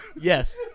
Yes